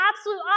absolute